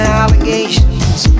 allegations